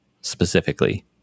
specifically